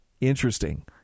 Interesting